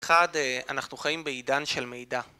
אחד, אנחנו חיים בעידן של מידע